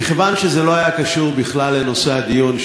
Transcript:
מכיוון שזה לא היה קשור בכלל לנושא הדיון,